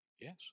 Yes